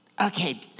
Okay